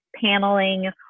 paneling